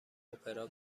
اپرا